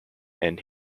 and